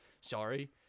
Sorry